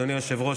אדוני היושב-ראש,